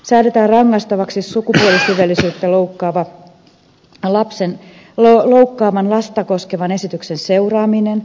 säädetään rangaistavaksi sukupuolisiveellisyyttä loukkaavan lasta koskevan esityksen seuraaminen